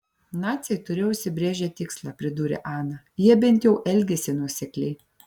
naciai turėjo užsibrėžę tikslą pridūrė ana jie bent jau elgėsi nuosekliai